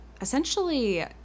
essentially